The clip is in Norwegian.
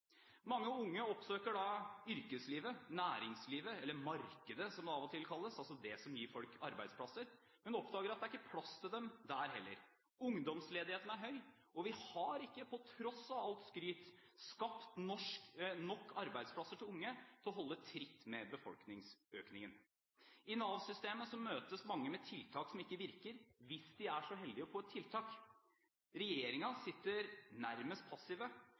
Mange unge oppsøker da yrkeslivet, næringslivet eller markedet, som det av og til kalles, altså det som gir folk arbeidsplasser, men oppdager at det ikke er plass til dem der heller. Ungdomsledigheten er høy, og vi har ikke, på tross av alt skryt, skapt nok arbeidsplasser til unge til å holde tritt med befolkningsøkningen. I Nav-systemet møtes mange med tiltak som ikke virker, hvis de er så heldige å få et tiltak. Regjeringen sitter nærmest